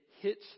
hits